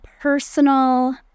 personal